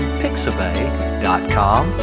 pixabay.com